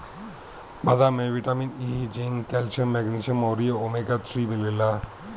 बदाम में vitamin E, zinc, calcium, magnesium अउरी ओमेगा थ्री मिलेला